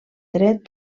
dret